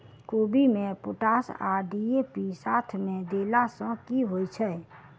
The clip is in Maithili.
कोबी मे पोटाश आ डी.ए.पी साथ मे देला सऽ की होइ छै?